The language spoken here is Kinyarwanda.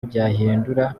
byahindura